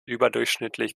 überdurchschnittlich